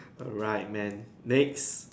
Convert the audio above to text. alright man next